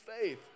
faith